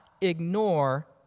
ignore